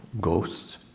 ghosts